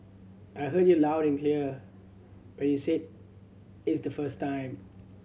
I heard you loud and clear when you said is the first time